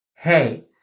Hey